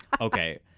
okay